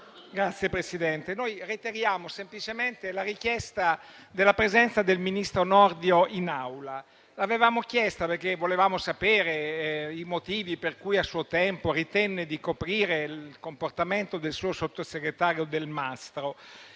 Signor Presidente, reiteriamo semplicemente la richiesta della presenza del ministro Nordio in Aula. La nostra richiesta era volta a conoscere i motivi per cui a suo tempo ritenne di coprire il comportamento del suo sottosegretario Delmastro